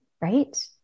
right